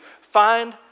Find